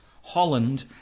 Holland